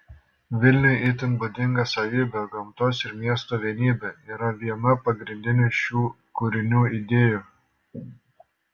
vilniui itin būdinga savybė gamtos ir miesto vienybė yra viena pagrindinių šių kūrinių idėjų